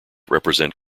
represent